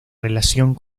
relación